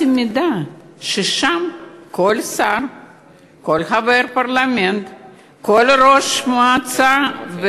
העממית של סין בדבר פטור מאשרה למחזיקים